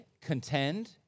contend